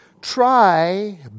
try